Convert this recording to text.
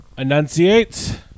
Enunciate